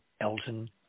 Elton